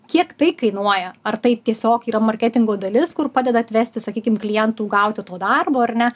kiek tai kainuoja ar tai tiesiog yra marketingo dalis kur padeda atvesti sakykim klientų gauti to darbo ar ne